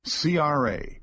CRA